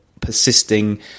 persisting